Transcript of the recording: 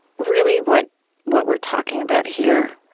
really, what what we're talking about here,